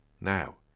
Now